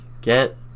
Get